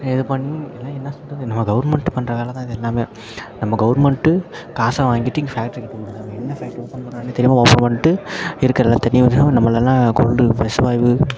இது பண் இதெல்லாம் என்ன சொல்கிறது நம்ம கவர்மெண்ட்டு பண்ணுற வேலை தான் இது எல்லாமே நம்ம கவர்மெண்ட்டு காசை வாங்கிட்டு இங்கே ஃபேக்ட்ரி கட்ட விடுது அவங்க என்ன ஃபேக்ட்ரி ஓப்பன் பண்ணுறாங்கனே தெரியாமல் ஓப்பன் பண்ணிட்டு இருக்கிற எல்லா தண்ணியும் என்ன செய்யும் நம்மளெல்லாம் கொல்கிறதுக்கு விஷ வாய்வு